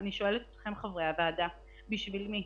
אני שואלת אתכם, חברי הוועדה בשביל מי?